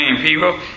people